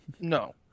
No